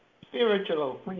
Spiritual